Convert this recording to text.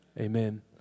amen